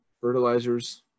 fertilizers